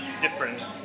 different